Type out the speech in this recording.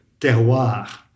terroir